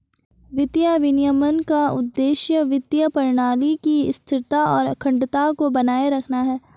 वित्तीय विनियमन का उद्देश्य वित्तीय प्रणाली की स्थिरता और अखंडता को बनाए रखना है